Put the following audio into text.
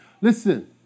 Listen